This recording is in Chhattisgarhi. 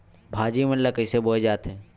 भाजी मन ला कइसे बोए जाथे?